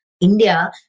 India